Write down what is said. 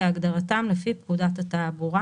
כהגדרתם לפי פקודת התעבורה